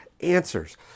answers